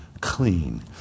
clean